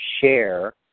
share